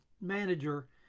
manager